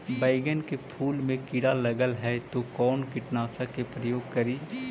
बैगन के फुल मे कीड़ा लगल है तो कौन कीटनाशक के प्रयोग करि?